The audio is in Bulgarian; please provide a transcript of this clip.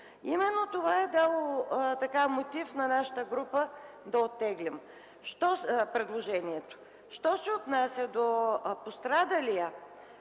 Именно това е дало мотив на нашата група да оттеглим предложението. Що се отнася до пострадалия,